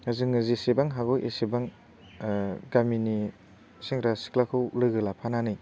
दा जोङो जेसेबां हागौ एसेबां गामिनि सेंग्रा सिख्लाखौ लोगो लाफानानै